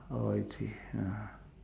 oh I see ah